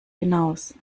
hinaus